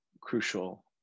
crucial